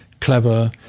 clever